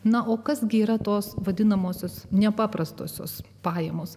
na o kas gi yra tos vadinamosios nepaprastosios pajamos